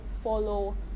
follow